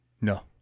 No